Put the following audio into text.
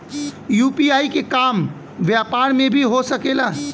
UPI के काम व्यापार में भी हो सके ला?